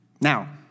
Now